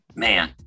Man